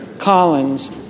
Collins